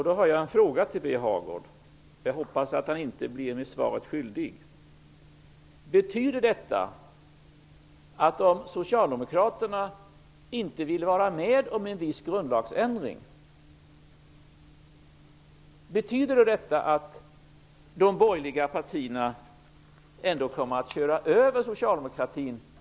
Då har jag en fråga till Birger Hagård, och jag hoppas att han inte blir mig svaret skyldig: Om Socialdemokraterna inte vill vara med om en viss grundlagsändring, betyder detta att de borgerliga partierna kommer att köra över socialdemokratin?